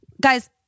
Guys